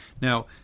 now